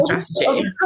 strategy